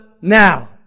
now